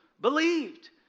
believed